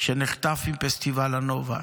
שנחטף מפסטיבל הנובה,